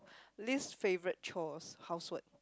least favourite chores housework